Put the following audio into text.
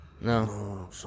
No